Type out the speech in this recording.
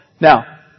Now